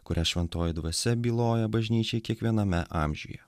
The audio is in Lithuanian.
kurią šventoji dvasia byloja bažnyčiai kiekviename amžiuje